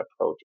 approach